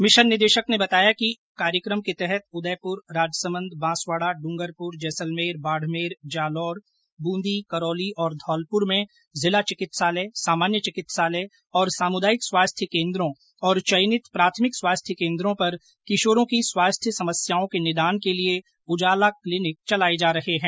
mission निदेशक ने बताया कि कार्यक्रम के तहत उदयप्र राजसमंद बांसवाड़ा ड्रंगरप्र जैसलमेर बाड़मेर जालोर बूंदी करोली और धौलपुर में जिला चिकित्सालय सामान्य चिकित्सालय तथा सामुदायिक स्वास्थ्य केन्द्रो और चयनित प्राथमिक स्वास्थ्य केन्द्रो पर किशोरों की स्वास्थ्य समस्याओं के निदान के लियें उजाला क्लिनिक चलाये जा रहे है